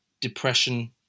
depression